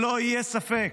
שלא יהיה ספק,